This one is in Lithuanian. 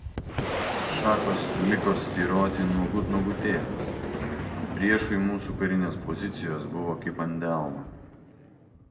šakos liko styroti nuogut nuogutėlės priešui mūsų karinės pozicijos buvo kaip ant delno